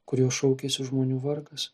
kuriuos šaukiasi žmonių vargas